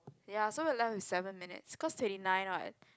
ya so we left with seven minutes cause thirty nine [what]